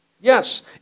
Yes